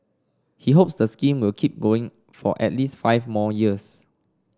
he hopes the scheme will keep going for at least five more years